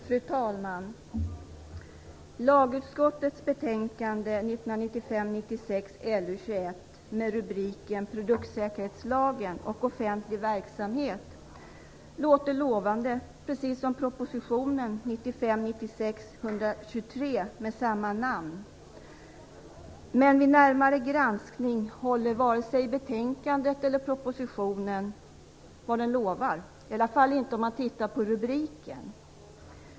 Fru talman! Lagutskottets betänkande 1995 96:123 med samma rubrik. Men vid en närmare granskning håller inte det som lovas vare sig i betänkandet eller i propositionen, i alla fall inte med tanke på rubriken.